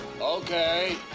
Okay